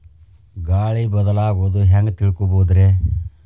ಗಾಳಿ ಬದಲಾಗೊದು ಹ್ಯಾಂಗ್ ತಿಳ್ಕೋಳೊದ್ರೇ?